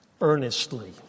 earnestly